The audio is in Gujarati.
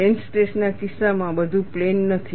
પ્લેન સ્ટ્રેસ ના કિસ્સામાં બધું પ્લેન નથી